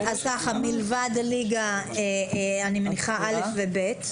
מלבד הליגה, אני מניחה א' ו-ב'.